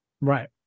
right